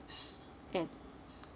and